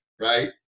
right